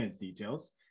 details